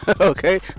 Okay